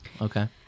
okay